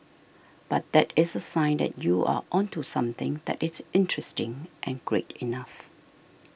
but that is a sign that you are onto something that is interesting and great enough